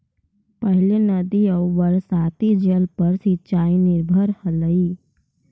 पहिले नदी आउ बरसाती जल पर सिंचाई निर्भर हलई